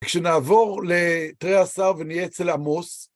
כשנעבור לתריעשר ונהיה אצל עמוס,